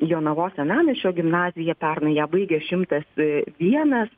jonavos senamiesčio gimnazija pernai ją baigė šimtas vienas